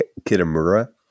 Kitamura